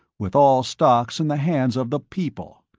with all stock in the hands of the people.